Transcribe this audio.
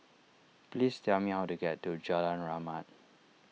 please tell me how to get to Jalan Rahmat